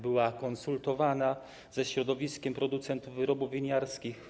Była konsultowana ze środowiskiem producentów wyrobów winiarskich.